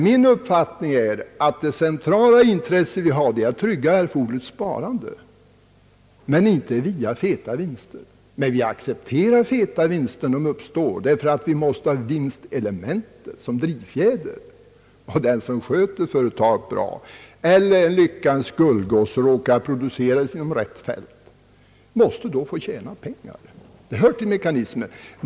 Min uppfattning är att vårt centrala intresse skall vara att trygga erforderligt sparande men inte via feta vinster. Vi accepterar att feta vinster uppstår, ty vi måste ha vinstelementet som drivfjäder. Den som sköter ett företag bra eller är en lyckans gullgosse och råkar producera inom rätt fält måste få tjäna pengar, det hör till mekanismen.